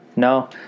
No